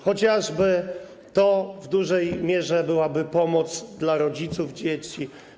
Chociażby to w dużej mierze byłoby pomocą dla rodziców, dzieci.